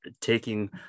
taking